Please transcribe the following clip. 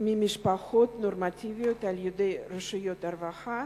ממשפחות נורמטיביות על-ידי רשויות הרווחה.